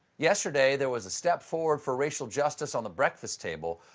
yesteray, there was a step forward for racial justice on the breakfast table,